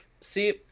See